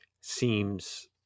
seems